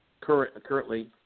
currently